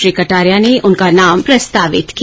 श्री कटारिया ने उनका नाम प्रस्तावित किया